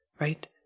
Right